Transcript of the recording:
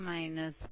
तो यह होगा